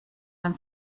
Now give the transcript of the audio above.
dann